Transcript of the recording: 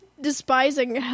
despising